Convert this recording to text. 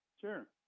Sure